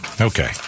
Okay